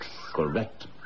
Correct